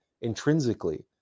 intrinsically